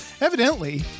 Evidently